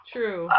True